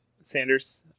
Sanders